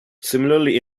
similarly